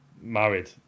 married